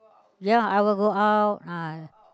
ya I will go out I